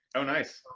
oh, nice.